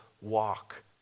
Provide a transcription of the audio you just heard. walk